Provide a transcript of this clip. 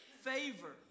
favor